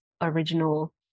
original